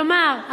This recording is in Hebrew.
כלומר,